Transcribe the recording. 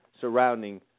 surrounding